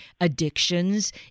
addictions